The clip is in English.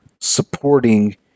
supporting